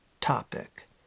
topic